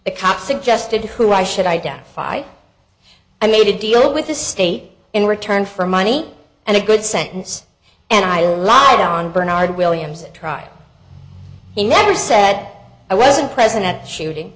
account suggested who i should identify i made a deal with the state in return for money and a good sentence and i lied on bernard williams try he never said i wasn't present at the shooting